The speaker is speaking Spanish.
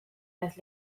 las